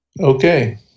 Okay